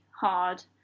hard